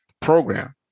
program